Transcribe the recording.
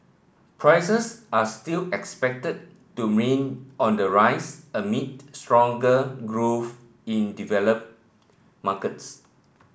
prices are still expected to main on the rise amid stronger growth in developed markets